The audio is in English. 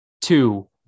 two